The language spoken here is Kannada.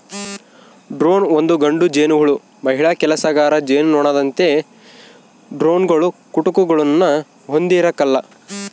ಡ್ರೋನ್ ಒಂದು ಗಂಡು ಜೇನುಹುಳು ಮಹಿಳಾ ಕೆಲಸಗಾರ ಜೇನುನೊಣದಂತೆ ಡ್ರೋನ್ಗಳು ಕುಟುಕುಗುಳ್ನ ಹೊಂದಿರಕಲ್ಲ